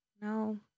no